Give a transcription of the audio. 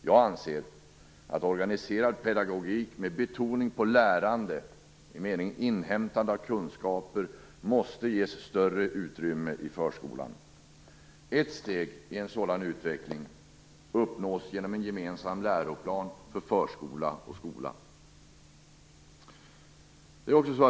Jag anser att organiserad pedagogik med betoning på lärande i meningen inhämtande av kunskaper måste ges större utrymme i förskolan. Ett steg i en sådan utveckling uppnås genom en gemensam läroplan för förskola och skola.